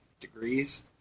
degrees